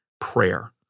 prayer